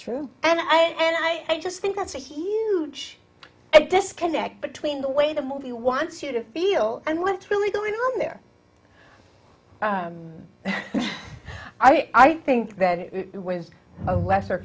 true and i and i just think that's a huge disconnect between the way the movie wants you to feel and what's really going on there i think that it was a lesser